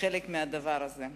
חלק מהדבר הזה.